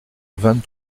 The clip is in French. vingt